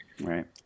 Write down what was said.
Right